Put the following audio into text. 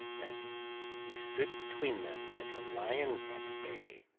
and he stood between them like a lion at bay.